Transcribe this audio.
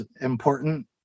important